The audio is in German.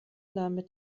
damit